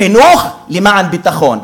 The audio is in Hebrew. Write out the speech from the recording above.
חינוך למען ביטחון.